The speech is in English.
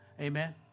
Amen